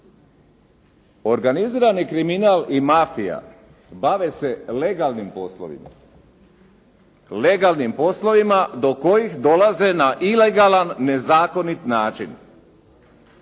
organizirani kriminal i mafija bave se legalnim poslovima, legalnim poslovima do kojih dolaze na ilegalan nezakonit način.